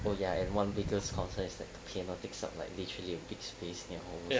oh ya and one biggest concern is that piano takes up like literally a big space in your home